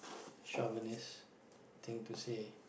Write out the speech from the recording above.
chauvinist thing to say